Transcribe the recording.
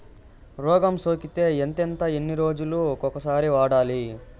రోగం సోకితే ఎంతెంత ఎన్ని రోజులు కొక సారి వాడాలి?